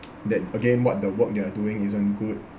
that again what the work they're doing isn't good